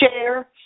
Share